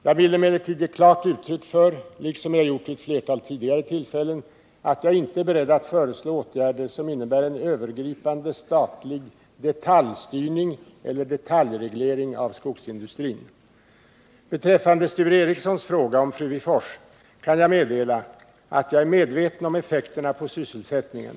Jag vill emellertid ge klart uttryck för, liksom jag gjort vid flera tidigare tillfällen, att jag inte är beredd att föreslå åtgärder som innebär en övergripande statlig detaljstyrning eller detaljreglering av skogsindustrin. Beträffande Sture Ericsons fråga om Frövifors kan jag meddela att jag är medveten om effekterna på sysselsättningen.